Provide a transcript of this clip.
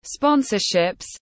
sponsorships